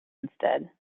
instead